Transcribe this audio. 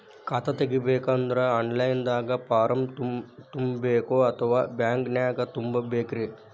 ಖಾತಾ ತೆಗಿಬೇಕಂದ್ರ online ದಾಗ ಫಾರಂ ತುಂಬೇಕೊ ಅಥವಾ ಬ್ಯಾಂಕನ್ಯಾಗ ತುಂಬ ಬೇಕ್ರಿ?